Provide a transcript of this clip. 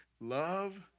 love